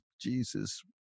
Jesus